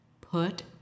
put